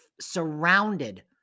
surrounded